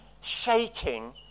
shaking